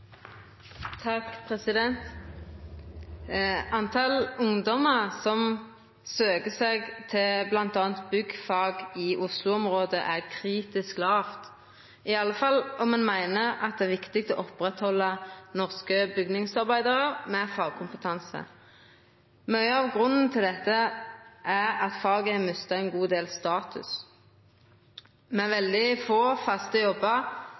kritisk lågt, i alle fall om ein meiner at det er viktig med norske bygningsarbeidarar med fagkompetanse. Mykje av grunnen til dette er at faget har mista ein god del status. Det er veldig få faste jobbar